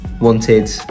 wanted